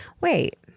Wait